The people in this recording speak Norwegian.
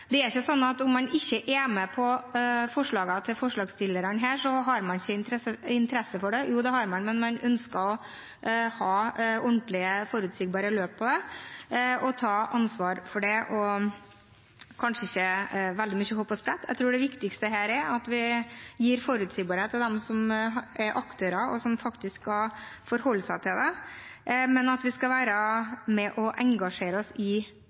om man ikke er med på forslagene til forslagsstillerne, har man ikke interesse for det. Jo, det har man, men man ønsker å ha ordentlige, forutsigbare løp for det, ta ansvar for det, og kanskje ikke veldig mye hopp og sprett. Jeg tror det viktigste er at vi gir forutsigbarhet til dem som er aktører, og som faktisk skal forholde seg til det, men vi skal være med og engasjere oss i